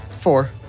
Four